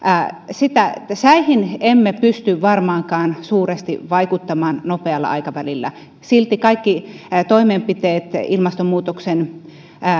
säihin emme pysty varmaankaan suuresti vaikuttamaan nopealla aikavälillä silti kaikki toimenpiteet ilmastonmuutoksen